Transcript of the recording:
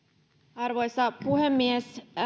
arvoisa puhemies